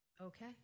Okay